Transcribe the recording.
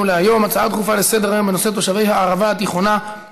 אנחנו מצביעים כעת על ההצעה השנייה: הצעת חוק זכויות החולה (תיקון,